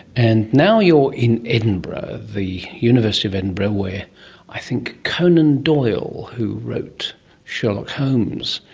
and now you are in edinburgh, the university of edinburgh where i think conan doyle who wrote sherlock holmes,